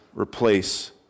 replace